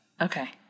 Okay